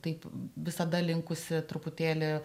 taip visada linkusi truputėlį